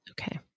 Okay